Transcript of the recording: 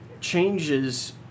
changes